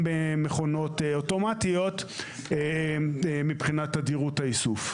במכונות אוטומטיות מבחינת תדירות האיסוף.